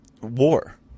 war